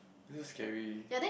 look scary